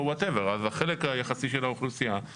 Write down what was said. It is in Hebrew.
אז החלק היחסי של האוכלוסייה מתוך סך התקציב.